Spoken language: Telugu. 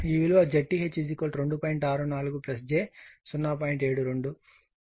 72 మరియు ZL విలువ 2